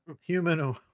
human